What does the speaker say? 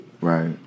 right